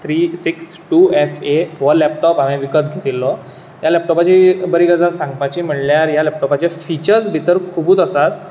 three six two S A हो laptop हांवेन विकत घेतिल्लो ह्या लेपटोपाची एक बरी गजाल सांगपाची म्हळ्यार ह्या लेपटोपाचे फिचर्स भितर खुबूच आसात